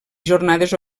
jornades